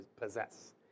possess